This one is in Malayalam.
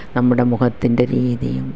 നമ്മുടെ മുഖത്തിൻ്റെ രീതിയും